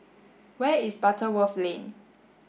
where is Butterworth Lane